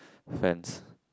fans